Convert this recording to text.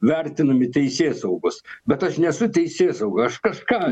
vertinami teisėsaugos bet aš nesu teisėsauga aš kažką